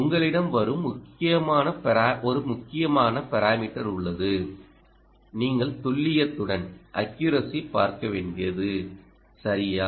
உங்களிடம் வரும் ஒரு முக்கியமான பாரோமீட்டர் உள்ளது நீங்கள் துல்லியத்துடன் பார்க்க வேண்டியது சரியா